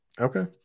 okay